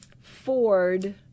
Ford